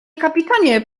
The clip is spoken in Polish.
kapitanie